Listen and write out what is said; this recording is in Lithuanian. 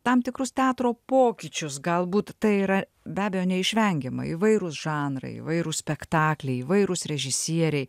tam tikrus teatro pokyčius galbūt tai yra be abejo neišvengiama įvairūs žanrai įvairūs spektakliai įvairūs režisieriai